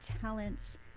talents